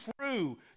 true